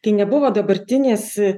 kai nebuvo dabartinės